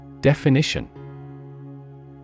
Definition